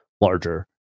larger